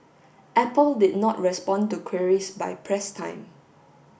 apple did not respond to queries by press time